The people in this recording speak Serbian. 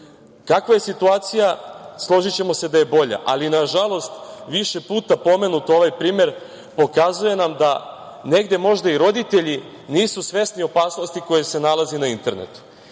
Kakva je situacija, složićemo se da je bolja, ali nažalost više puta pomenut ovaj primer pokazuje nam da negde možda i roditelji nisu svesni opasnosti koja se nalazi na internetu.